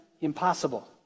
impossible